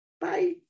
Bye